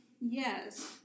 Yes